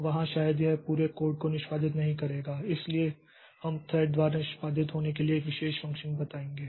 तो वहाँ शायद यह पूरे कोड को निष्पादित नहीं करेगा इसलिए हम थ्रेड द्वारा निष्पादित होने के लिए एक विशेष फ़ंक्शन बताएंगे